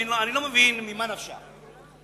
לא מבין ממה נפשך.